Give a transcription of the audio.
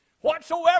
whatsoever